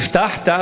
הבטחת,